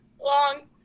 long